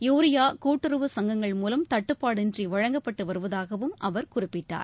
urea கூட்டுறவுசங்கங்கள் மூலம் தட்டுபாடின்றி வழங்கப்பட்டு வருவதாகவும் அவர் குறிப்பிட்டார்